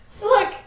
Look